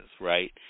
right